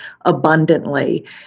abundantly